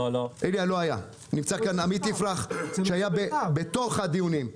נמצא כאן עמית יפרח שהיה בתוך הדיונים.